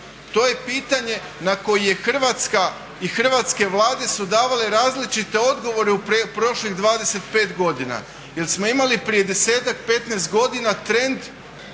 To je pitanje na koje je Hrvatska i Hrvatske Vlade su davale različite odgovore u prošlih 25 godina jer smo imali prije 10-ak, 15 godina trend